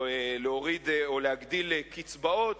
או להגדיל קצבאות,